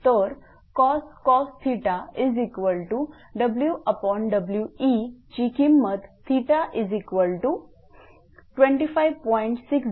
तर cos WWe ची किंमत θ25